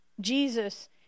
Jesus